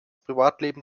privatleben